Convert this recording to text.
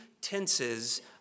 tenses